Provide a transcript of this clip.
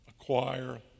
acquire